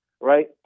right